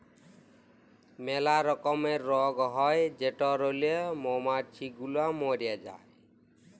ম্যালা রকমের রগ হ্যয় যেটরলে মমাছি গুলা ম্যরে যায়